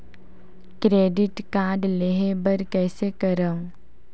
Credit card लेहे बर कइसे करव?